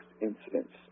Incidents